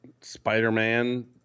Spider-Man